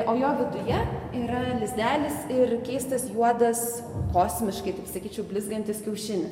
o jo viduje yra lizdelis ir keistas juodas kosmiškai taip sakyčiau blizgantis kiaušinis